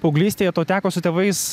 paauglystėje tau teko su tėvais